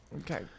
Okay